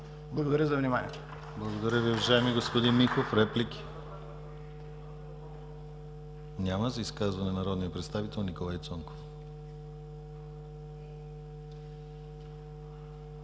Благодаря за вниманието.